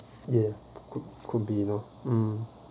ya could be lor mm